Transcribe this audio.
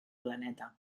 planeta